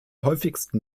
häufigsten